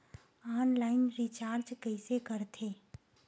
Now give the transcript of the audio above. Online recharge कइसे करथे?